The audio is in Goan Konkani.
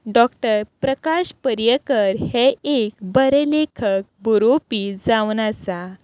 डॉक्टर प्रकाश पर्येंकार हे एक बरे लेखक बरोवपी जावन आसा